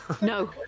No